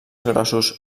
grossos